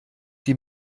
die